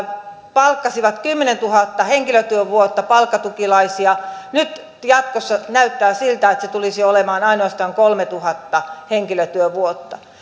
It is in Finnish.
palkkasivat kymmenentuhatta henkilötyövuotta palkkatukilaisia niin nyt jatkossa näyttää siltä että määrä tulisi olemaan ainoastaan kolmetuhatta henkilötyövuotta